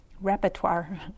repertoire